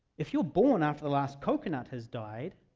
if you're born after the last coconut has died,